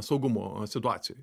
saugumo situacijoj